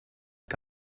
que